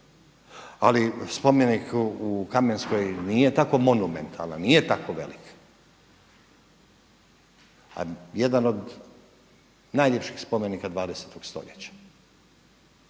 Ali spomenik u Kamenskoj nije tako monumentalan, nije tako velik, a jedan od najljepših spomenika 20. stoljeća.